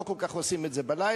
לא כל כך עושים את זה בלילה,